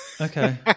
okay